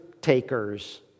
takers